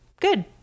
good